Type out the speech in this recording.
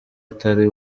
atari